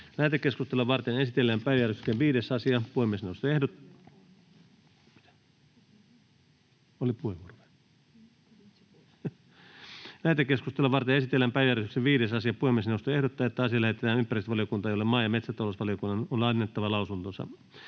Lähetekeskustelua varten esitellään päiväjärjestyksen 5. asia. Puhemiesneuvosto ehdottaa, että asia lähetetään ympäristövaliokuntaan, jolle maa‑ ja metsätalousvaliokunnan on annettava lausunto.